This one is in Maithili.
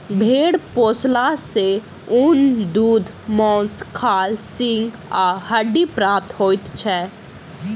भेंड़ पोसला सॅ ऊन, दूध, मौंस, खाल, सींग आ हड्डी प्राप्त होइत छै